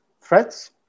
threats